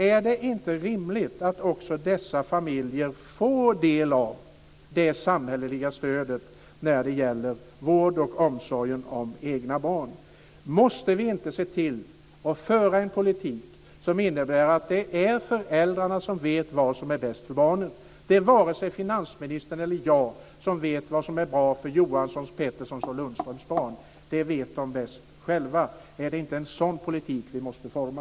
Är det inte rimligt att också dessa familjer får del av det samhälleliga stödet när det gäller vård och omsorg om egna barn? Måste vi inte se till att föra en politik som innebär att det är föräldrarna som vet vad som är bäst för barnen. Det är varken finansministern eller jag som vet vad som är bra för Johanssons, Petterssons och Lundströms barn. Det vet de bäst själva. Är det inte en sådan politik som vi måste forma?